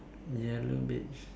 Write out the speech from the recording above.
ya low beach